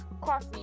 coffee